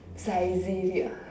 Siberia